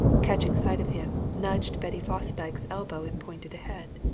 catching sight of him, nudged betty fosdyke's elbow and pointed ahead.